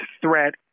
threat